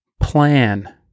Plan